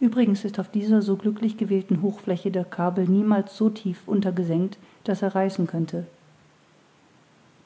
uebrigens ist auf dieser so glücklich gewählten hochfläche der kabel niemals so tief untergesenkt daß er reißen könnte